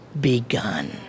begun